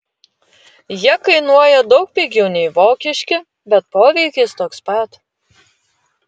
jie kainuoja daug pigiau nei vokiški bet poveikis toks pat